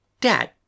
Dad